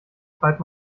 treibt